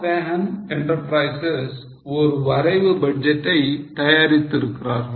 SatVahan Enterprises ஒரு வரைவு budget ஐ தயாரித்து இருக்கிறார்கள்